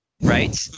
Right